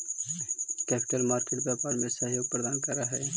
capital market व्यापार में सहयोग प्रदान करऽ हई